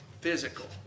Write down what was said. physical